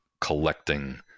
collecting